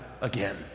again